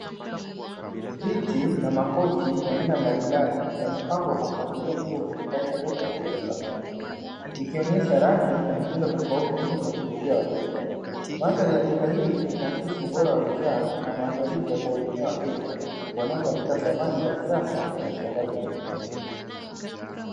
Viti na makochi ya aina mbalimbali yamepangwa kwa mpangilio mzuri ndani ya duka la kuuza samani ikionyesha rangi na mitindo tofauti ya kuvutia wateja. Mandhari ya duka hili inaakisi ubora wa bidhaa na maandalizi ya kuwahudumia wateja wanaotafuta samani za kisasa na zitakazodumu.